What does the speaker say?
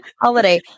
holiday